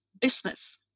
business